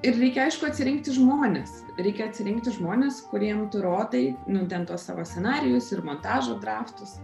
ir reikia aišku atsirinkti žmones reikia atsirinkti žmones kuriem tu rodai nu ten tuos savo scenarijus ir montažo draftus